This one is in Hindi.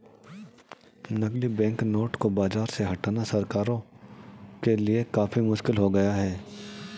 नकली बैंकनोट को बाज़ार से हटाना सरकारों के लिए काफी मुश्किल हो गया है